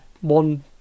one